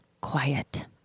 quiet